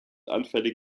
anfällig